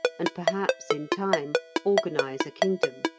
and perhaps in time organize a kingdom.